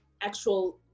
actual